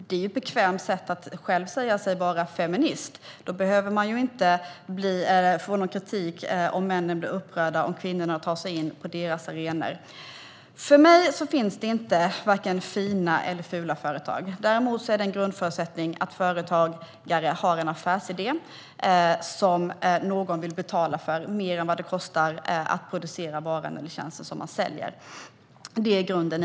Det är ju ett bekvämt sätt att själv säga sig vara feminist; då behöver man inte få någon kritik om männen blir upprörda om kvinnorna tar sig in på deras arenor. För mig finns det varken fina eller fula företag. Däremot är det en grundförutsättning att företagare har en affärsidé där någon vill betala mer för varan eller tjänsten som man säljer än vad den kostar att producera. Det är grunden.